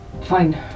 Fine